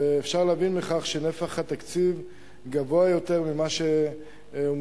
ואפשר להבין מכך שנפח התקציב גדול יותר ממה שמושקע,